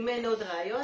אם אין עוד ראיות,